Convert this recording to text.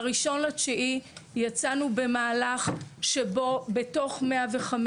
ב-1 בספטמבר, יצאנו במהלך שבו בתוך 105,